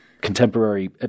contemporary